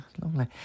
lovely